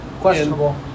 Questionable